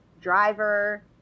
driver